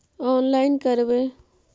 Online करवे?